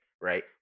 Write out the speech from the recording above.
right